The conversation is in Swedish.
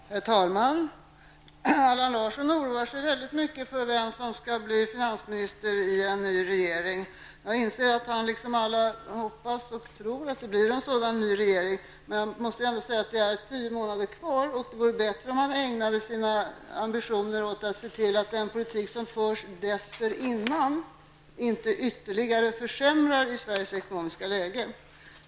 Herr talman! Allan Larsson oroar sig väldigt mycket för vem som skall bli finansminister i en ny regering. Jag inser att han, liksom alla andra, hoppas och tror att vi får en ny regering. Men det är tio månader som återstår före valet. Det vore därför bättre att finansministern hade ambitionen att ägna sig åt att se till att den politik som förs fram till dess inte ytterligare medverkar till en försämring av Sveriges ekonomiska läge.